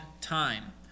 time